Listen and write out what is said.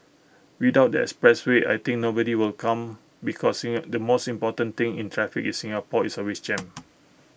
without the expressway I think nobody will come because in the most important thing in traffic in Singapore is always jammed